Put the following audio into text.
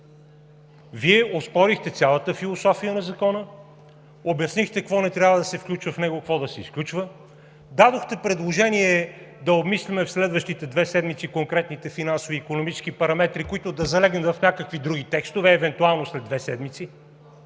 Вие оспорихте цялата философия на Закона, обяснихте какво не трябва да се включва в него, какво да се изключва, дадохте предложение да обмислим в следващите две седмици конкретните финансово-икономически параметри, които да залегнат в някакви други текстове евентуално след две седмици.